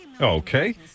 Okay